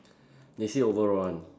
they see overall one